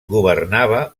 governava